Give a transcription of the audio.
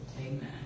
Amen